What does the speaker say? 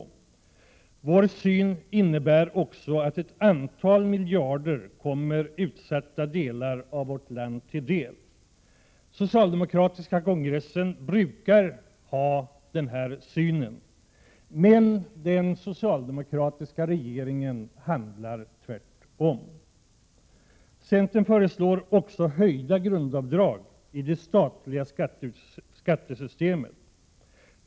Vår syn innebär också att ett antal miljarder kommer utsatta delar av vårt land till del. Socialdemokratiska kongresser brukar ha denna syn, men den socialdemokratiska regeringen handlar tvärtom. Centern föreslår också höjda grundavdrag i det statliga skattesystemet.